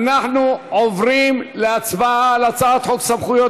אנחנו עוברים להצבעה על הצעת חוק סמכויות